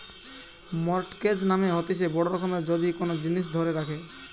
mortgage মানে হতিছে বড় রকমের যদি কোন জিনিস ধরে রাখে